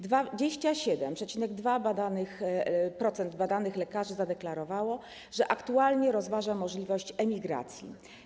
27,2% badanych lekarzy zadeklarowało, że aktualnie rozważa możliwość emigracji.